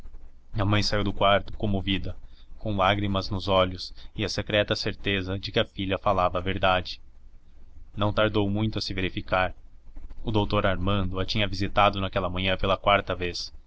a mãe saiu do quarto comovida com lágrimas nos olhos e a secreta certeza de que a filha falava a verdade não tardou muito a se verificar o doutor armando a tinha visitado naquela manhã pela quarta vez